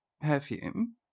perfume